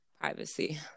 privacy